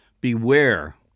beware